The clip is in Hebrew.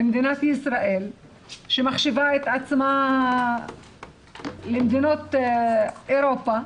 ומדינת ישראל שמחשיבה את עצמה למדינות אירופה,